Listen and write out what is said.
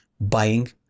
buying